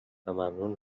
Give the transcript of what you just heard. ممنون